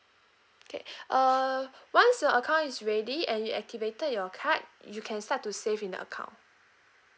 okay uh once your account is ready and you activated your card you can start to save in the account